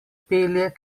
pelje